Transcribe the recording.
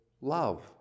love